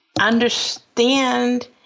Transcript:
understand